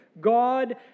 God